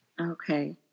Okay